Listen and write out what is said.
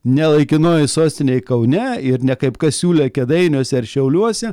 ne laikinojoj sostinėj kaune ir ne kaip kas siūlė kėdainiuose ar šiauliuose